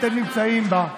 אתם נמצאים בה,